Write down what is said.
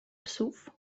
psów